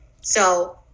So-